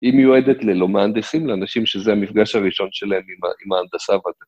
היא מיועדת ללא מהנדסים, לאנשים שזה המפגש הראשון שלהם עם ההנדסה.